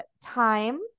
time